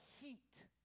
heat